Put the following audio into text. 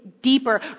Deeper